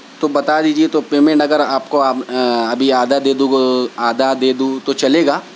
تو بتا دیجیے تو پیمنٹ اگر آپ کو اب ابھی آدھا دے دو گا آدھا دے دوں تو چلے گا